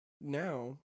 Now